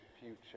future